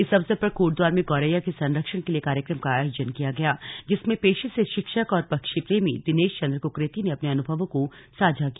इस अवसर पर कोटद्वार में गौरैया के संरक्षण के लिए कार्यक्रम का आयोजन किया गया जिसमें पेशे से शिक्षक और पक्षी प्रेमी दिनेश चन्द्र कुकरेती ने अपने अनुभवों को साझा किया